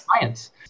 Science